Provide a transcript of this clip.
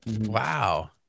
Wow